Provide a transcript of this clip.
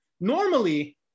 Normally